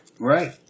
Right